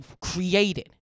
created